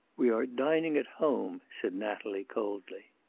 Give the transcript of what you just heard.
we are dining at home, said natalie, coldly.